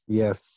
yes